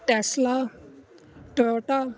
Tesla Toyota